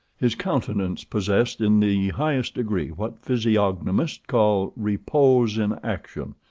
his countenance possessed in the highest degree what physiognomists call repose in action,